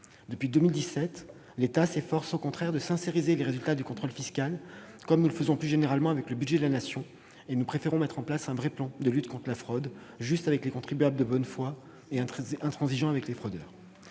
Depuis 2017, nous nous efforçons au contraire de sincériser les résultats du contrôle fiscal, comme nous le faisons plus généralement pour le budget de la Nation. Nous préférons mettre en place un vrai plan de lutte contre la fraude, juste avec les contribuables de bonne foi et intransigeant avec les fraudeurs.